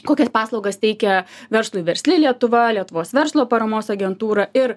kokias paslaugas teikia verslui versli lietuva lietuvos verslo paramos agentūra ir